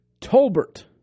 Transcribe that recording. Tolbert